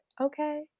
okay